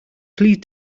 plead